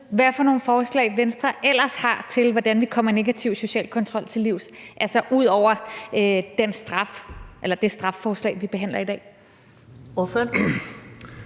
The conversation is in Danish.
nogle forslag Venstre ellers har til, hvordan vi kommer negativ social kontrol til livs, altså ud over det straffelovsforslag, vi behandler i dag. Kl.